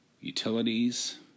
utilities